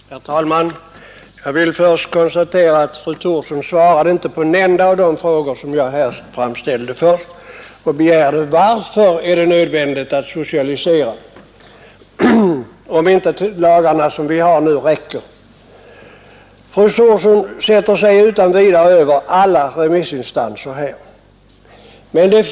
Herr talman! Jag vill först konstatera att fru Thorsson inte svarade på en enda av de frågor som jag ställde. Jag frågade bl.a. varför det är nödvändigt att socialisera och om det inte räckte med de nuvarande lagarna. Fru Thorsson sätter sig utan vidare över alla remissinstanser.